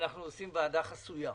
אנחנו עושים ועדה חסויה,